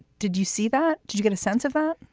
did you see that? did you get a sense of that?